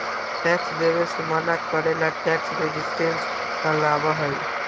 tax देवे से मना करे ला टैक्स रेजिस्टेंस कहलाबा हई